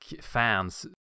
fans